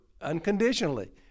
unconditionally